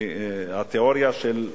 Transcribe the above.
כי התיאוריה של,